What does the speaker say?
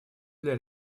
для